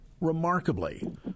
remarkably